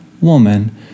woman